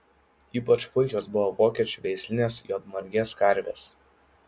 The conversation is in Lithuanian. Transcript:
ypač puikios buvo vokiečių veislinės juodmargės karvės